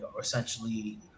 essentially